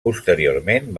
posteriorment